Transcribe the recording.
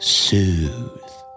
soothe